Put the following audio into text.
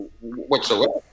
whatsoever